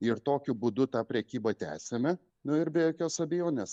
ir tokiu būdu tą prekybą tęsiame nu ir be jokios abejonės